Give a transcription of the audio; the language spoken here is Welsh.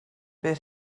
bydd